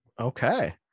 Okay